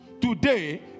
today